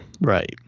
right